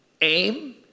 aim